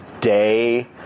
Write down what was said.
day